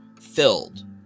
filled